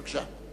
בבקשה.